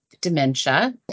dementia